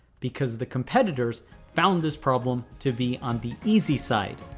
because the competitors found this problem to be on the easy side.